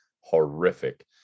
horrific